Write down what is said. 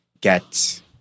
get